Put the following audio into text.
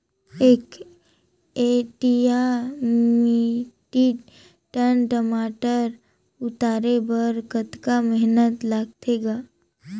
एक एम.टी या metric ton टमाटर उतारे बर कतका मेहनती लगथे ग?